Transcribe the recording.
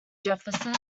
jefferson